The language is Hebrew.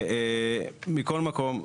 מכל מקום,